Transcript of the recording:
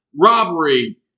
Robbery